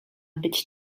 być